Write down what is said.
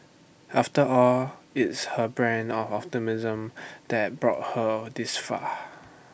after all it's her brand of optimism that brought her this far